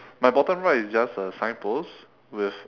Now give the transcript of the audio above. my bottom right is just a signpost with